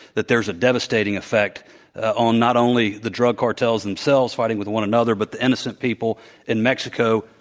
that there's a devastating effect on not only the drug cartels themselves fighting with one another but the innocent people in mexico,